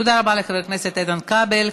תודה רבה לחבר הכנסת איתן כבל.